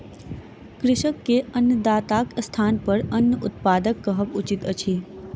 कृषक के अन्नदाताक स्थानपर अन्न उत्पादक कहब उचित अछि